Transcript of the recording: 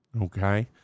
okay